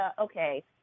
okay